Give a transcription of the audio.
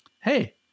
hey